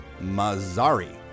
Mazari